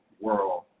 world